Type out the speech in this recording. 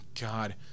god